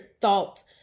thought